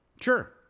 Sure